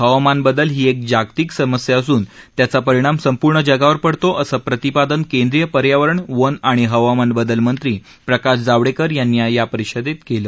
हवामान बदल ही एक जागतिक समस्या असून याचा परिणाम संपूर्ण जगावर पडतो असं प्रतिपादन केंद्रीय पर्यावरण वन आणि हवामान बदल मंत्री प्रकाश जावडेकर यांनी या परिषदेत केलं